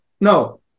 No